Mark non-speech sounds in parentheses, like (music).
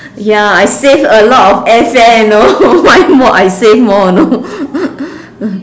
ya I save a lot of airfare you know (laughs) more I save more you know (laughs)